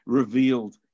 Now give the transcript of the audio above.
revealed